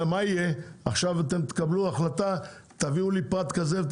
עכשיו אתם תקבלו החלטה, תביאו לי פרט כזה.